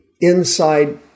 inside